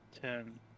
ten